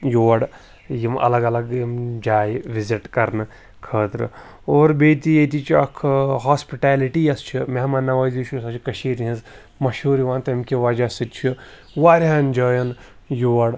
یور یِم الگ الگ یِم جایہِ وِزِٹ کَرنہٕ خٲطرٕ اور بیٚیہِ تہِ ییٚتِچ اَکھ ہاسپِٹیلِٹی یۄس چھِ مہمان نوٲزی چھِ سۄ چھِ کٔشیٖرِ ہِںٛز مشہوٗر یِوان تمہِ کہِ وجہ سۭتۍ چھُ واریاہن جایَن یور